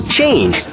Change